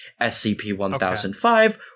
SCP-1005